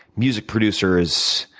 music producers,